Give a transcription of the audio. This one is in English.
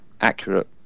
accurate